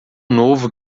novo